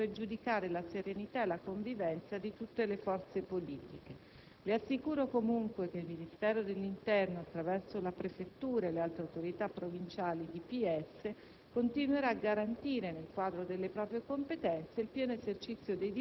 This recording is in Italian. non sussistono significative condizioni di tensione e turbamento atte a pregiudicare la serenità e la convivenza di tutte le forze politiche. Assicuro, comunque, che il Ministero dell'interno, attraverso la predetta prefettura e le altre autorità provinciali di